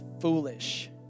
foolish